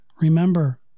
Remember